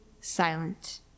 silent